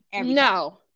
No